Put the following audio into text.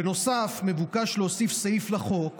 בנוסף, מבוקש להוסיף סעיף לחוק,